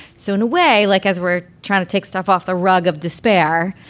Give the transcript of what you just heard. so in a way, like as we're trying to take stuff off the rug of despair,